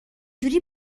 جوری